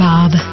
Bob